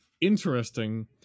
interesting